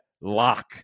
lock